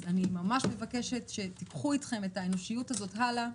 אז אני ממש מבקשת שתיקחו אתכם את האנושיות הזאת הלאה.